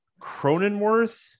Cronenworth